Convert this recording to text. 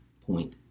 point